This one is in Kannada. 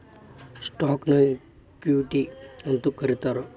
ಸ್ಟಾಕ್ನ ಇಕ್ವಿಟಿ ಅಂತೂ ಕರೇತಾರ